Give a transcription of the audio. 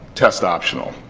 test optional.